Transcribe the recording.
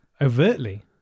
overtly